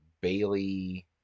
Bailey